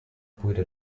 půjde